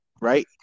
right